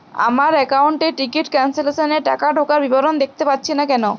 আমার একাউন্ট এ ticket cancellation এর টাকা ঢোকার বিবরণ দেখতে পাচ্ছি না কেন?